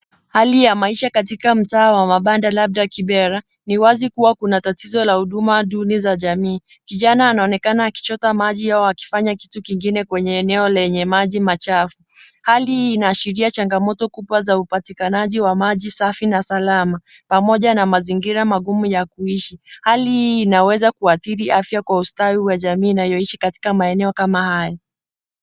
Hali ya maisha katika mtaa wa mabanda labda Kibera. Ni wazi kuwa kuna tatizo la huduma duni za jamii. Kijana anaonekana akichota maji au akifanya kitu kingine kwenye eneo lenye maji machafu. Hali hii inaashiria changamoto kubwa za upatikanaji wa maji safi na salama pamoja na mazingira magumu ya kuishi. Hali hii inaweza kuathiri afya kwa ustawi wa jamii inayoishi katika maeneo kama haya.